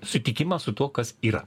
sutikimą su tuo kas yra